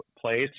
place